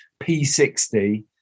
P60